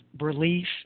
relief